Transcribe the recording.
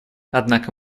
однако